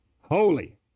holy